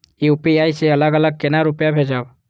UPI से अलग अलग केना रुपया भेजब